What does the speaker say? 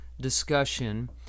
discussion